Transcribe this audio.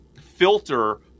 filter